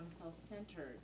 self-centered